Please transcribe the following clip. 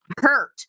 hurt